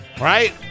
right